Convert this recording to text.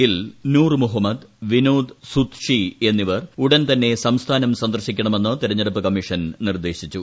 ഗിൽ നൂർ മുഹമ്മദ് വിനോദ് സുത്ഷി എന്നിവർ ഉടൻ തന്നെ സംസ്ഥാനം സന്ദർശിക്കണമെന്ന് തെരഞ്ഞെടുപ്പ് കമ്മീഷൻ നിർദേശിച്ചു